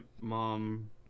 mom